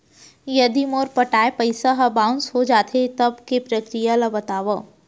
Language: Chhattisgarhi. यदि मोर पटाय पइसा ह बाउंस हो जाथे, तब के प्रक्रिया ला बतावव